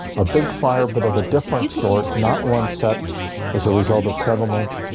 a big fire but of a different sort not one set as a result of settlement,